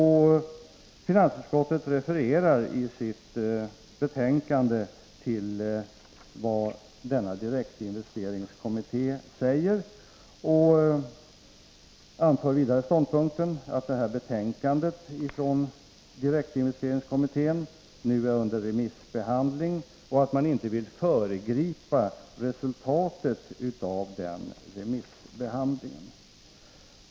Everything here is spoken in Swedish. Finansutskottet hänvisar i sitt betänkande till vad direktinvesteringskommittén säger och anför vidare att betänkandet från kommittén nu är under remissbehandling och att man inte vill föregripa resultatet av denna remissbehandling.